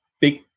big